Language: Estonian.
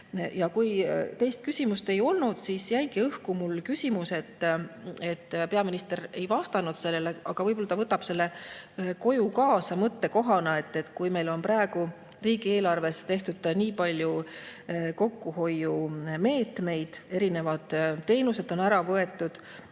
kui teist küsimust ei olnud, siis jäigi õhku mul küsimus – peaminister ei vastanud sellele, aga võib-olla ta võtab selle koju kaasa mõttekohana –, et kui meil on praegu riigieelarves tehtud nii palju kokkuhoiumeetmeid, erinevad teenused on ära võetud,